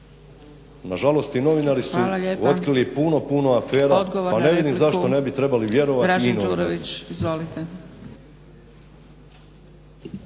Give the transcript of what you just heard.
Nažalost i novinari su otkrili puno, puno afera pa ne vidim zašto ne bi trebali vjerovati njima.